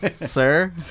sir